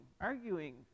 arguing